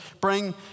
bring